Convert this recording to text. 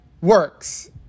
works